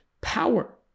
power